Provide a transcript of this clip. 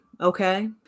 Okay